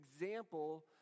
example